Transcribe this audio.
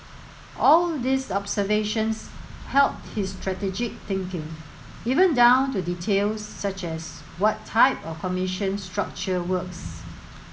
all these observations helped his strategic thinking even down to details such as what type of commission structure works